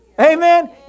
Amen